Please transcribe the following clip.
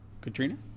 Katrina